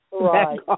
Right